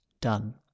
done